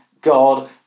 God